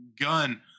gun